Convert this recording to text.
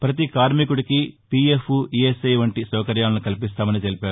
ప్రతి కార్మికుడికి PF ESI వంటి సౌకర్యాలను కల్పిస్తామని తెలిపారు